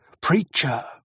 Preacher